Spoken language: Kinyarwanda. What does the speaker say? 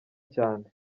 cyane